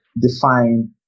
define